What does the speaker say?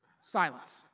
Silence